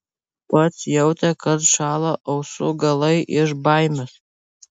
pats jautė kad šąla ausų galai iš baimės